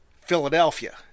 Philadelphia